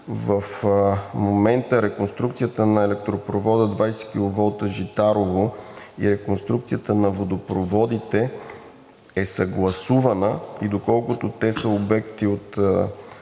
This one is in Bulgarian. В момента реконструкцията на електропровода 20 киловолта Житарово и реконструкцията на водопроводите е съгласувана, доколкото те са обекти,